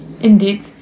Indeed